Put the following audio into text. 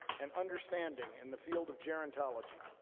and understanding in the field of gerontology